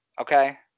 Okay